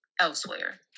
Elsewhere